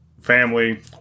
family